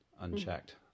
unchecked